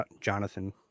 Jonathan